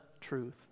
truth